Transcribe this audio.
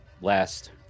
last